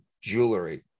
Jewelry